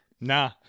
Nah